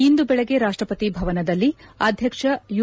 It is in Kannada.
ಇಂದು ಬೆಳಿಗ್ಗೆ ರಾಷ್ಸಪತಿ ಭವನದಲ್ಲಿ ಅಧ್ಯಕ್ಷ ಯು